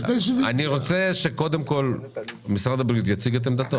אני רוצה שקודם כול משרד הבריאות יציג את עמדתו.